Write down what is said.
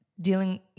dealing